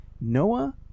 Noah